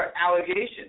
allegations